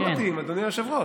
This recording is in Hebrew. לא מתאים, אדוני היושב-ראש.